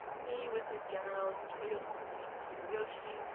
he, with his generals toyotomi hideyoshi,